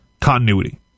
continuity